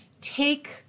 take